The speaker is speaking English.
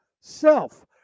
self